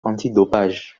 antidopage